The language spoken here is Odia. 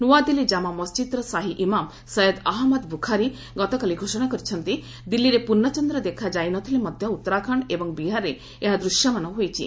ନୂଆଦିଲ୍ଲୀ କାମା ମସ୍କିଦ୍ର ସାହି ଇମାମ୍ ସୟଦ ଅହମ୍ମଦ ବୁଖାରୀ ଗତକାଲି ଘୋଷଣା କରିଛନ୍ତି ଦିଲ୍ଲୀରେ ପୂର୍ଣ୍ଣ ଚନ୍ଦ୍ର ଦେଖା ଯାଇନଥିଲେ ମଧ୍ୟ ଉତ୍ତରାଖଣ୍ଡ ଏବଂ ବିହାରରେ ଏହା ଦୃଶ୍ୟମାନ ହୋଇଛି